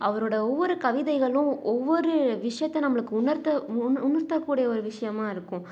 அவர்ரோட ஒவ்வொரு கவிதைகளும் ஒவ்வொரு விஷயத்தை நம்மளுக்கு உணர்த்த உணர்த்தக்கூடிய ஒரு விஷயமா இருக்கும்